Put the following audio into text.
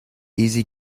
easy